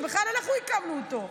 שבכלל אנחנו הקמנו אותו.